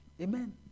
Amen